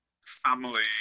family